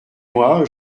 moi